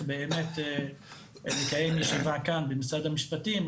באמת לקיים ישיבה כאן במשרד המשפטים,